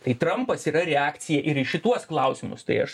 tai trampas yra reakcija ir į šituos klausimus tai aš